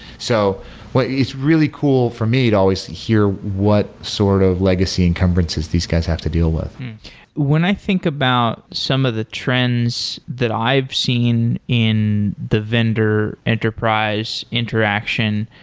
so it's really cool for me to always hear what sort of legacy encumbrances these guys have to deal with when i think about some of the trends that i've seen in the vendor enterprise interaction,